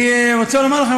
אני רוצה לומר לכם,